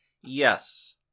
yes